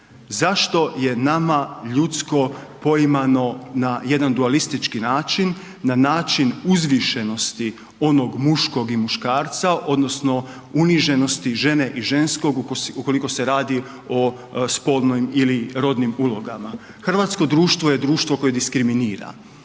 Zašto je nama ljudsko poimano na jedan dualistički način, na način uzvišenosti onog muškog i muškarca odnosno uniženosti žene i ženskog ukoliko se radi o spolnim ili rodnim ulogama. Hrvatsko društvo je društvo koje diskriminira.